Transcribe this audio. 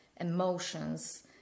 emotions